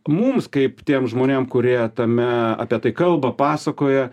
mums kaip tiem žmonėm kurie tame apie tai kalba pasakoja